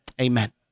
Amen